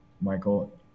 michael